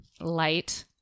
light